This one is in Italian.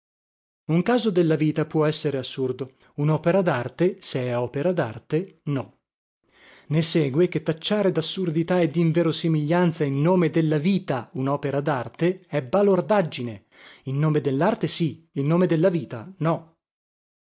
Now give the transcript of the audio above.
un caso della vita può essere assurdo unopera darte se è opera darte no ne segue che tacciare dassurdità e dinverosimiglianza in nome della vita unopera darte è balordaggine in nome dellarte sì in nome della vita no